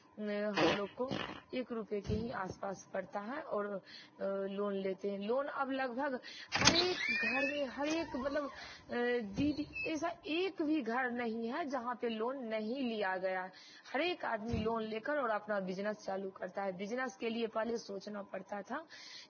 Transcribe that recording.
हम लोग को एक रुपये के ही आस पास पड़ता है और लोन लेते हैं लोन अब लगभग हर एक घर में हर एक मतलब दीदी ऐसा एक भी घर नहीं है जहाँ पर लोन नहीं लिया गया है हर एक आदमी लोन लेकर और अब अपना बिजनेस चालू करता है बिजनेस के लिए पहले सोचना पड़ता था